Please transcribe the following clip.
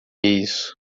isso